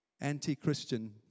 Anti-Christian